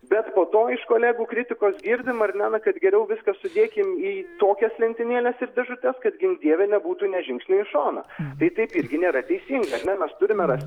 bet po to iš kolegų kritikos girdim ar ne na kad geriau viską sudėkime į tokias lentynėles ir dėžutes kad gink dieve nebūtų nė žingsnio į šoną tai taip irgi nėra teisinga ar ne mes turime rasti